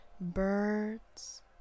birds